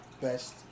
best